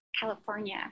california